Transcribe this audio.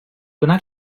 donar